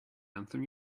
anthem